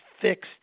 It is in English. fixed